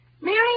Mary